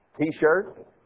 T-shirt